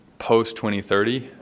post-2030